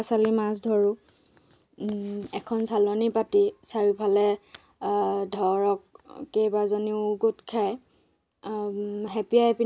মাছৰ উপা উৎপাদনটো আমাৰ গাঁৱত গাঁৱৰ লগৰে এটা বন্ধু বন্ধুৱে কৰে আৰু গাঁৱৰ বন্ধুৱে কৰে